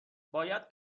باید